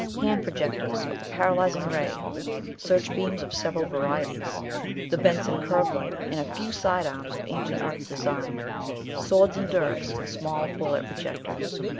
hand projectors of the paralyzing ray search beams of several varieties the benson curve light, and a few side arms of ancient earth design swords and dirks, and small bullet projectors.